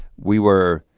we were